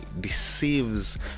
deceives